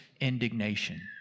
indignation